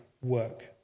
work